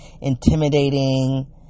intimidating